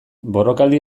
borrokaldi